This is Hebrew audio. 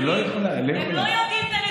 הם לא יודעים את הנתונים.